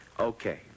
Okay